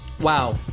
wow